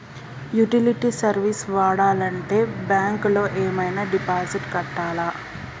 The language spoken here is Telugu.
యుటిలిటీ సర్వీస్ వాడాలంటే బ్యాంక్ లో ఏమైనా డిపాజిట్ కట్టాలా?